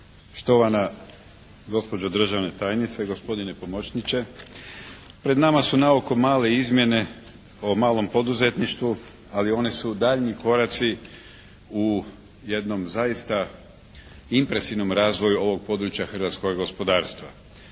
štovana gospođo državna tajnice, gospodine pomoćniče! Pred nama su naoko male izmjene o malom poduzetništvu ali one su daljnji koraci u jednom zaista impresivnom razvoju ovog područja hrvatskoga gospodarstva.